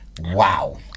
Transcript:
wow